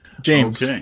James